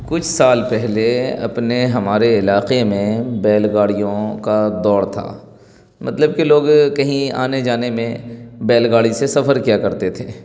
کچھ سال پہلے اپنے ہمارے علاقے میں بیل گاڑیوں کا دور تھا مطلب کہ لوگ کہیں آنے جانے میں بیل گاڑی سے سفر کیا کرتے تھے